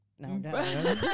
No